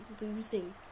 losing